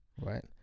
right